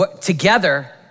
together